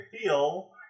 feel